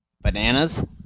Bananas